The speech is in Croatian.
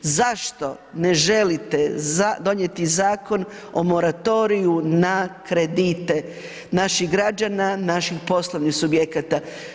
Zašto ne želite donijeti zakon o moratoriju na kredite naših građana, naših poslovnih subjekata?